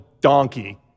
donkey